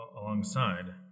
alongside